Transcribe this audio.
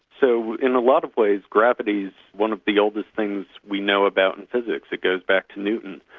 so in a lot of ways gravity's one of the oldest things we know about in physics it goes back to newton.